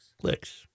Clicks